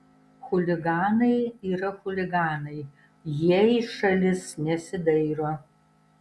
chuliganai yra chuliganai jie į šalis nesidairo